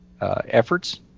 efforts